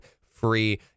free